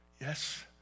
Yes